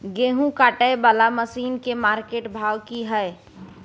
गेहूं काटय वाला मसीन के मार्केट भाव की हय?